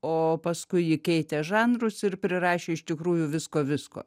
o paskui ji keitė žanrus ir prirašė iš tikrųjų visko visko